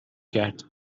کرد